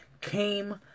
came